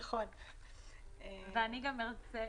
ארצה,